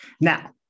Now